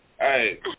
hey